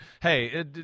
hey